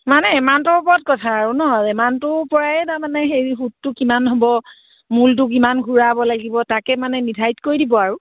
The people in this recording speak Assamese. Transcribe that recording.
মানে এমাউন্টটোৰ ওপৰত কথা আৰু নহ্ এমাউন্টটোৰ পৰাই তাৰমানে হেৰি সুতটো কিমান হ'ব মূলটো কিমান ঘূৰাব লাগিব তাকে মানে নিৰ্ধাৰিত কৰি দিব আৰু